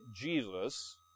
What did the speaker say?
Jesus